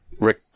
Rick